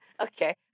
Okay